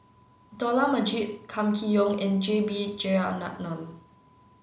Dollah Majid Kam Kee Yong and J B Jeyaretnam